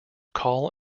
call